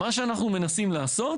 מה שאנחנו מנסים לעשות